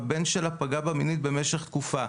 הבן שלה פגע בה מינית במשך תקופה..",